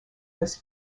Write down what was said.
was